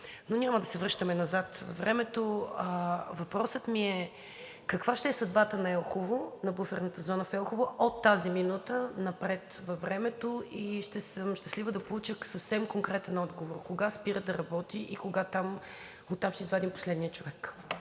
Но няма да се връщаме назад във времето. Въпросът ми е каква ще е съдбата на буферната зона в Елхово от тази минута напред във времето? И ще съм щастлива да получа съвсем конкретен отговор – кога спира да работи и кога оттам ще извадим последния човек?